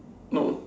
no